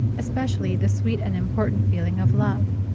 especially the sweet and important feeling of love.